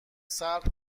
صبر